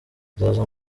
nzaza